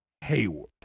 Hayward